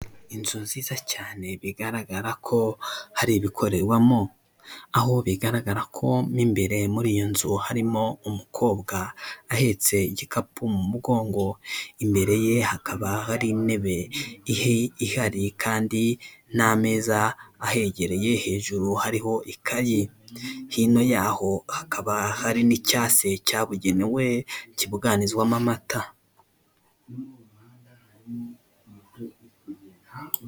Inzu nziza cyane bigaragara ko hari ibikorerwamo, aho bigaragara ko mu imbere muri iyo nzu harimo umukobwa ahetse igikapu mu mugongo, imbere ye hakaba hari intebe ihari kandi n'ameza ahegereye hejuru hariho ikaye. Hino yaho hakaba hari n'icyansi cyabugenewe kibuganizwamo amata.